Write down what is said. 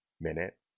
minute